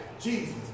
Jesus